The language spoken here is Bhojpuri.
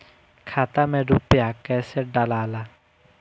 खाता में रूपया कैसे डालाला?